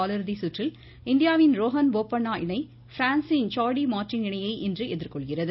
காலிறுதி சுற்றில் இந்தியாவின் ரோஹன் போபண்ணா இணை பிரான்சின் சார்டி மார்ட்டின் இணையை இன்று எதிர்கொள்கிறது